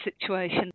situation